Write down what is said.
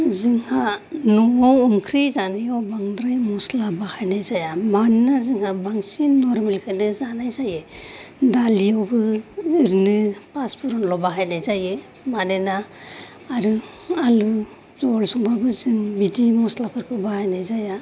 जोंहा न'आव ओंख्रि जानायाव बांद्राय मस्ला बाहायनाय जाया मानोना जोंहा बांसिन नरमेलखौनो जानाय जायो दालियावबो ओरैनो पासपुरन ल' बाहायनाय जायो मानोना आरो आलु जह'ल संब्लाबो जों बिदि मस्लाफोरखौ बाहायनाय जाया